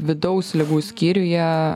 vidaus ligų skyriuje